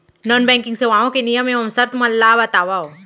non banking सेवाओं के नियम एवं शर्त मन ला बतावव